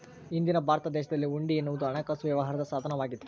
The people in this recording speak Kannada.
ಹಿಂದಿನ ಭಾರತ ದೇಶದಲ್ಲಿ ಹುಂಡಿ ಎನ್ನುವುದು ಹಣಕಾಸು ವ್ಯವಹಾರದ ಸಾಧನ ವಾಗಿತ್ತು